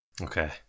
Okay